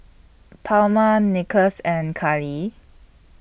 Palma Nicklaus and Kali